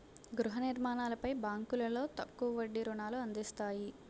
గృహ నిర్మాణాలపై బ్యాంకులో తక్కువ వడ్డీ రుణాలు అందిస్తాయి